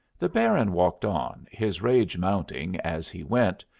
the baron walked on, his rage mounting as he went,